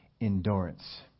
endurance